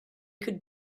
could